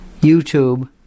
YouTube